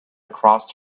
across